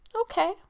Okay